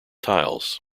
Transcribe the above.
tiles